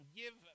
give